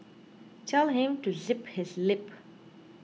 tell him to zip his lip